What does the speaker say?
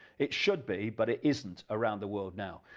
it should be but it isn't, around the world now,